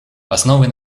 основой